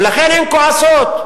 ולכן הן כועסות.